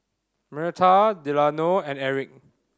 Myrta Delano and Erik